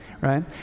right